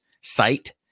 site